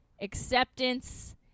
acceptance